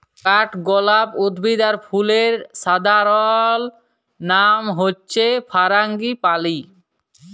কাঠগলাপ উদ্ভিদ আর ফুলের সাধারণলনাম হচ্যে ফারাঙ্গিপালি